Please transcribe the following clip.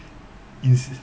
insist